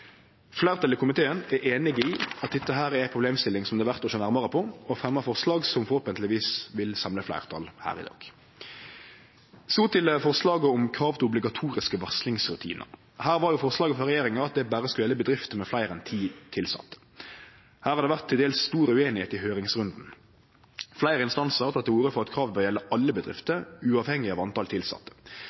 Fleirtalet i komiteen er einig i at dette er ei problemstilling som det er verd å sjå nærmare på, og fremjar forslag som vonleg vil samle fleirtal her i dag. Så til forslaget om krav til obligatoriske varslingsrutinar. Her var forslaget frå regjeringa at det berre skulle gjelde bedrifter med fleire enn ti tilsette. Her har det vore til dels stor usemje i høyringsrunden. Fleire instansar har teke til orde for at kravet bør gjelde alle bedrifter, uavhengig av talet på tilsette.